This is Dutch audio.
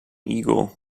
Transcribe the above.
eagle